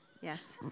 Yes